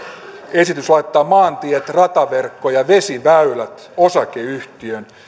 esitys laittaa maantiet rataverkko ja vesiväylät osakeyhtiöön